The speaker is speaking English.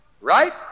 Right